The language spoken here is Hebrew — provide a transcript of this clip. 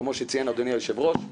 כמו שציין אדוני היושב-ראש,